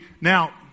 Now